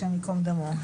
השם ייקום דמו.